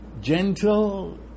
gentle